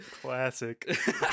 Classic